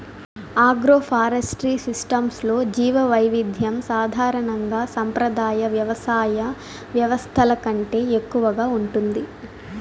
agroforestry సిస్టమ్స్లో జీవవైవిధ్యం సాధారణంగా సంప్రదాయ వ్యవసాయ వ్యవస్థల కంటే ఎక్కువగా ఉంటుంది